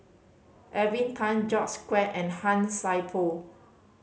Tan George Quek and Han Sai Por